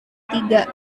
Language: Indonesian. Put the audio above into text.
tiga